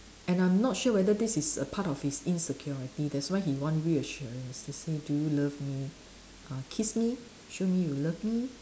and I'm not sure whether this is a part of his insecurity that's why he want reassurance to say do you love me uh kiss me show me you love me